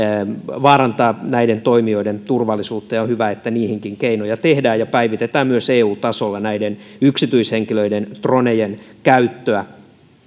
vaarantaa näiden toimijoiden turvallisuutta on hyvä että niihinkin keinoja tehdään ja päivitetään myös eu tasolla yksityishenkilöiden dronejen käyttöä